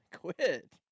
Quit